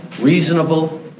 reasonable